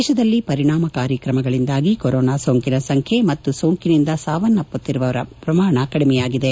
ದೇಶದಲ್ಲಿ ಪರಿಣಾಮಕಾರಿ ತ್ರಮಗಳಿಂದಾಗಿ ಕೊರೊನಾ ಸೋಂಕಿನ ಸಂಖ್ಯೆ ಮತ್ತು ಸೋಂಕಿನಿಂದ ಸಾವನ್ನಪ್ಪುತ್ತಿರುವವರ ಪ್ರಮಾಣ ಕಡಿಮೆಯಾಗಿದೆ